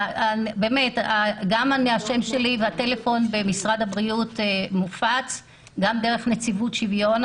גם המייל שלי והטלפון במשרד הבריאות מופץ וגם דרך נציבות שוויון.